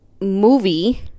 movie